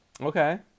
Okay